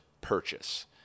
purchase